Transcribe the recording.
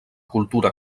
cultura